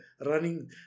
running